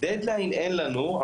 אין לנו דדליין,